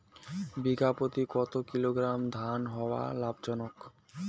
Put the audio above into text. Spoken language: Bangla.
বিঘা প্রতি কতো কিলোগ্রাম ধান হওয়া লাভজনক?